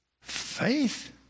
faith